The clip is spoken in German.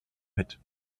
mit